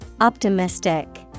Optimistic